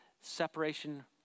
separation